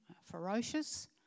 ferocious